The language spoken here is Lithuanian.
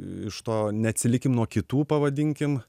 iš to neatsilikim nuo kitų pavadinkim